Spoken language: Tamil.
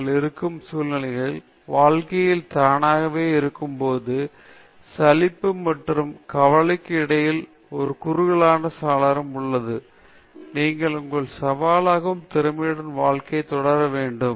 எனவே ஆகையால் சோர்வு அல்லது கவலையின் விளிம்பில் நீங்கள் இருக்கும் சூழ்நிலைகள் வாழ்க்கையில் தானாகவே இருக்கும் போது சலிப்பு மற்றும் கவலைக்கு இடையில் ஒரு குறுகலான சாளரம் உள்ளது நீங்கள் உங்கள் சவாலாகவும் திறமையுடனும் வாழ்க்கையைத் தொடர வேண்டும் நீங்கள் மகிழ்ச்சியாக இருக்க வேண்டும்